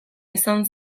izan